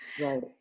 Right